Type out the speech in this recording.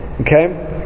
Okay